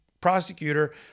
prosecutor